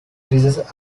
bridges